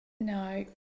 no